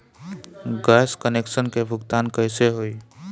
Gas connection के भुगतान कैसे होइ?